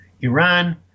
Iran